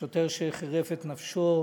שוטר שחירף את נפשו